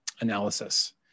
analysis